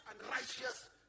unrighteous